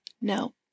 No